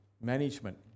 management